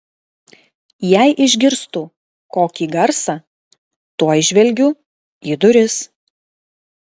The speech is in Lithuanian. jei išgirstu kokį garsą tuoj žvelgiu į duris